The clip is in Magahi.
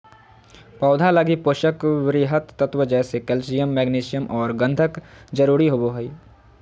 पौधा लगी पोषक वृहत तत्व जैसे कैल्सियम, मैग्नीशियम औरो गंधक जरुरी होबो हइ